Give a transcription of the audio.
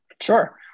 Sure